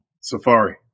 Safari